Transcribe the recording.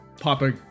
Papa